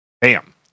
bam